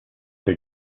they